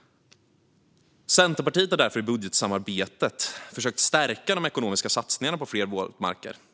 Centerpartiet har därför i budgetsamarbetet försökt att stärka de ekonomiska satsningarna på fler våtmarker.